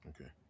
Okay